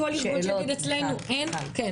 או כל